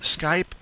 Skype